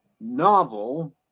novel